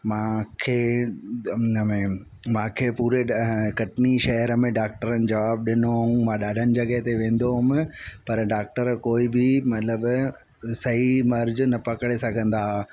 मांखे हुन में मांखे पूरे कटनी शहर में डॉक्टरनि जवाबु ॾिनो ऐं मां ॾाढनि जॻहुनि ते वेंदो हुुउमि पर डॉक्टरनि कोई बि मतिलबु सही मर्ज़ न पकिड़े सघंदा हुआ